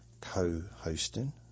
co-hosting